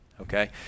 okay